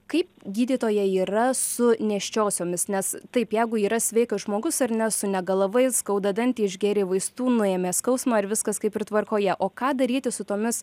kaip gydytoja yra su nėščiosiomis nes taip jeigu yra sveikas žmogus ar ne sunegalavai skauda dantį išgėrei vaistų nuėmė skausmą ir viskas kaip ir tvarkoje o ką daryti su tomis